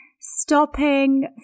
stopping